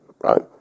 right